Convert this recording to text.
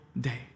day